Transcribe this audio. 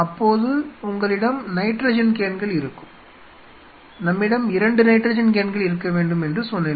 அப்போது உங்களிடம் நைட்ரஜன் கேன்கள் இருக்கும் நம்மிடம் 2 நைட்ரஜன் கேன்கள் இருக்க வேண்டும் என்று சொன்னேன்